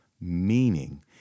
meaning